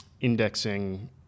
indexing